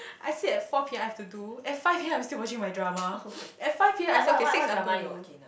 I said at four P_M I have to do at five P_M I'm still watching my drama at five P_M I said okay six I'm going to